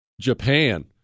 Japan